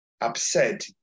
upset